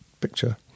picture